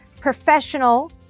professional